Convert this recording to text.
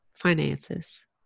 finances